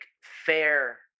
fair